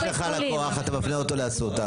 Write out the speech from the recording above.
אבל כשיש לך לקוח אתה מפנה אותו לאסותא.